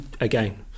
again